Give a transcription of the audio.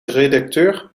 redacteur